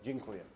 Dziękuję.